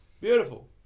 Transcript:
Beautiful